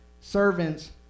servants